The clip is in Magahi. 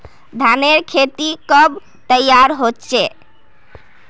धानेर खेती कब तैयार होचे?